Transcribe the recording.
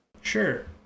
Sure